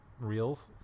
reels